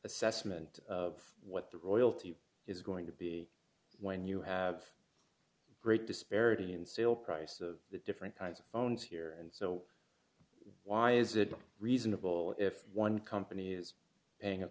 assessment of what the royalty is going to be when you have a great disparity in sale price of the different kinds of phones here and so why is it reasonable if one compan